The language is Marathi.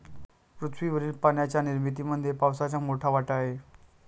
पृथ्वीवरील पाण्याच्या निर्मितीमध्ये पावसाचा मोठा वाटा आहे